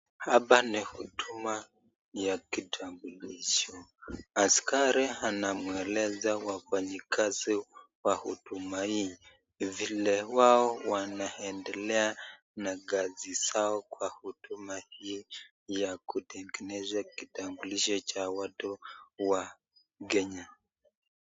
Hapa ni huduma ya kitambulisho, askari anamweleza wafanyi kazi wa huduma hii vile wao wanaendelea na kazi zao wanahuduma hii ya kutengeneza kitambulisho cha watu wa Kenya.